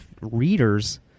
readers